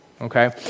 okay